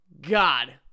God